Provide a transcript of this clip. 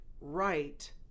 right